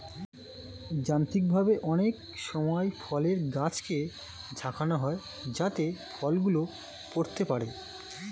যান্ত্রিকভাবে অনেক সময় ফলের গাছকে ঝাঁকানো হয় যাতে ফল গুলো পড়তে পারে